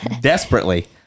desperately